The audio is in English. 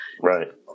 Right